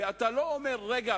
אתה לא אומר: רגע,